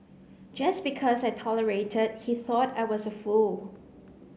just because I tolerated he thought I was a fool